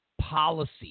policy